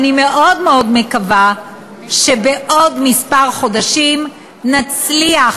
אני מאוד מאוד מקווה שבעוד כמה חודשים נצליח